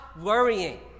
worrying